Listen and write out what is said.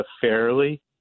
fairly